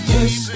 Yes